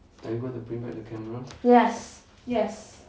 yes yes